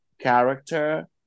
character